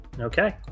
Okay